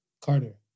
Carter